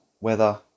weather